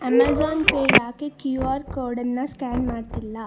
Amazon pay ಯಾಕೆ Q R ಕೋಡನ್ನು scan ಮಾಡ್ತಿಲ್ಲ